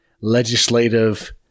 legislative